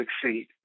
succeed